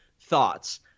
Thoughts